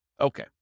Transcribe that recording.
Okay